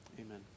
Amen